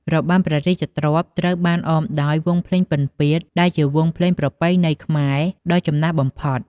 របាំព្រះរាជទ្រព្យត្រូវបានអមដោយ វង់ភ្លេងពិណពាទ្យ ដែលជាវង់ភ្លេងប្រពៃណីខ្មែរដ៏ចំណាស់បំផុត។